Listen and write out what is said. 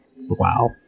Wow